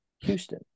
Houston